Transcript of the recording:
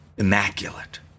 Immaculate